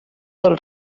del